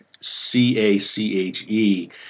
C-A-C-H-E